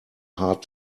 hard